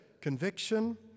conviction